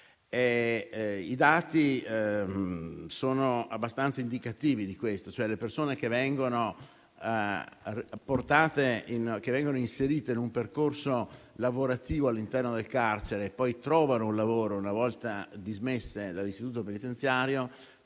I dati sono abbastanza indicativi: le persone che vengono inserite in un percorso lavorativo all'interno del carcere e poi trovano un lavoro, una volta dismesse dall'istituto penitenziario,